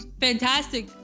Fantastic